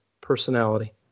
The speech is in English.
personality